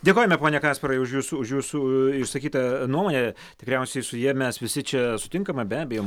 dėkojame pone kasparai už jūsų už jūsų išsakytą nuomonę tikriausiai su ja mes visi čia sutinkama be abejo